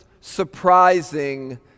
surprising